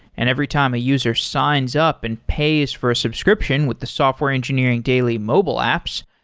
and every time a user signs up and pays for a subscription with the software engineering daily mobile apps,